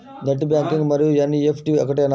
Net banking మరియు NEFT ఒకటేనా?